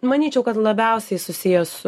manyčiau kad labiausiai susiję su